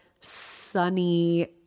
sunny